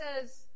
says